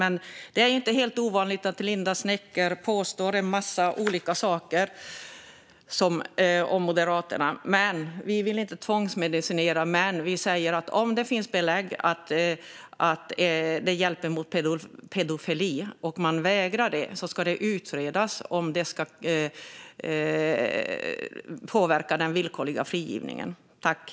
Det är dock inte helt ovanligt att Linda Snecker påstår en massa olika saker om Moderaterna. Vi vill alltså inte tvångsmedicinera, men vi säger att det ska utredas om det kan påverka den villkorliga frigivningen om någon vägrar ta medicin som hjälper mot pedofili, vilket det finns belägg för.